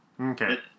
Okay